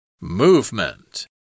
Movement